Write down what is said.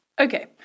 Okay